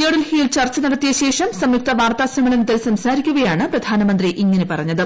ന്യൂഡൽഹിയിൽ ചർച്ച നടത്തിയശേഷം സംയുക്ത വാർത്താ സമ്മേളനത്തിൽ സംസാരിക്കവേയാണ് പ്രധാനമന്ത്രി ഇങ്ങനെ പറഞ്ഞത്